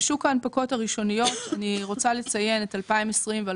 בשוק ההנפקות הראשוניות אני רוצה לציין את 2020 ואת